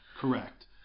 Correct